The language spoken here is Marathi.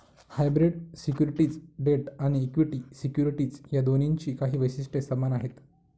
हायब्रीड सिक्युरिटीज डेट आणि इक्विटी सिक्युरिटीज या दोन्हींची काही वैशिष्ट्ये समान आहेत